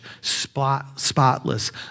spotless